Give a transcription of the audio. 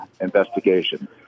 investigation